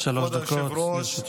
עד שלוש דקות לרשותך.